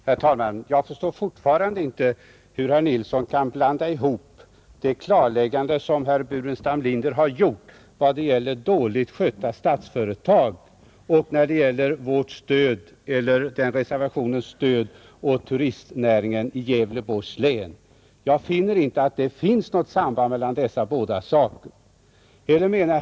Herr talman! Jag förstår fortfarande inte hur herr Nilsson i Kalmar kan blanda ihop det klarläggande som herr Burenstam Linder har gjort vad gäller dåligt skötta statsföretag och vårt krav på stöd åt turistnäringen i Gävleborgs län, Jag finner inte att det finns något samband mellan dessa båda saker.